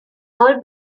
all